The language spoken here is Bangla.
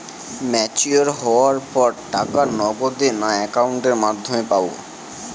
ম্যচিওর হওয়ার পর টাকা নগদে না অ্যাকাউন্টের মাধ্যমে পাবো?